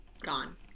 Gone